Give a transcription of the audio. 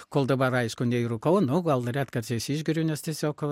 kol dabar aišku nei rūkau nu gal retkarčiais išgeriu nes tiesiog